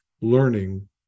learning